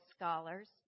scholars